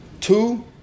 Two